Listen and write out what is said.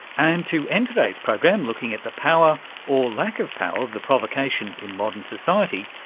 and to end today's program looking at the power or lack of power of the provocation in modern society,